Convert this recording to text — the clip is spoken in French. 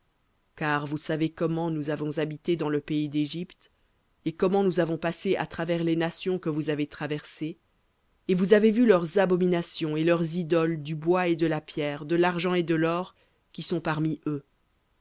car vous savez comment nous avons habité dans le pays d'égypte et comment nous avons passé à travers les nations que vous avez traversées et vous avez vu leurs abominations et leurs idoles du bois et de la pierre de l'argent et de l'or qui sont parmi eux